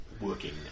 working